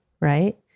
right